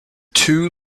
two